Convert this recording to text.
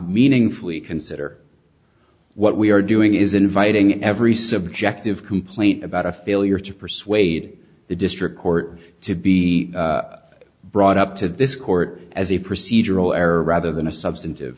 meaningfully consider what we are doing is inviting every subjective complaint about a failure to persuade the district court to be brought up to this court as a procedural error rather than a substantive